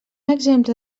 exemple